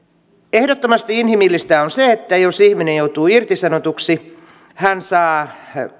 ehdottomasti inhimillistä on se että jos ihminen joutuu irtisanotuksi hän saa